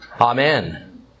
Amen